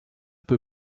peu